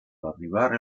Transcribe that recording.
arrivare